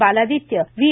Baladitya V